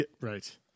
Right